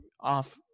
off